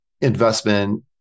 investment